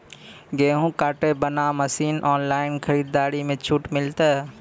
गेहूँ काटे बना मसीन ऑनलाइन खरीदारी मे छूट मिलता?